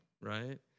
right